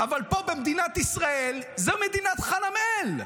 אבל פה במדינת ישראל זו מדינת חנמאל.